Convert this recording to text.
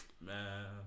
man